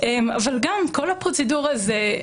אבל גם כל הפרוצדורה זה,